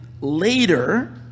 later